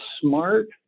smart